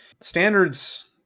Standards